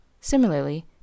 Similarly